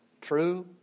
True